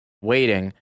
waiting